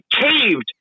caved